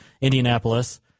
Indianapolis